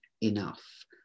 enough